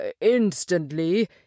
instantly